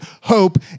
hope